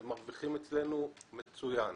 הם מרוויחים אצלנו מצוין.